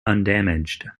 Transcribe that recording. undamaged